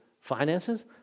finances